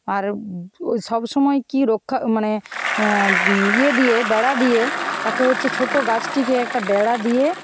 আর সবসময় কি রক্ষা মানে ইয়ে দিয়ে বেড়া দিয়ে তাকে হচ্ছে ছোট গাছটিকে একটা বেড়া দিয়ে